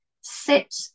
sit